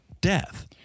death